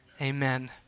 Amen